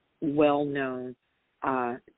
well-known